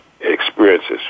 experiences